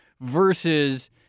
versus